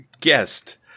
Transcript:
guest